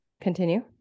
Continue